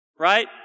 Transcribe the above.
right